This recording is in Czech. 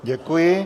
Děkuji.